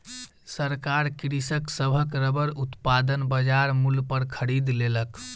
सरकार कृषक सभक रबड़ उत्पादन बजार मूल्य पर खरीद लेलक